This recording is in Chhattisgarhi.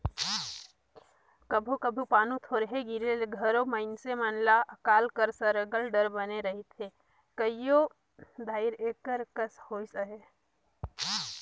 कभों कभों पानी थोरहें गिरे ले घलो मइनसे मन ल अकाल कर सरलग डर बने रहथे कइयो धाएर एकर कस होइस अहे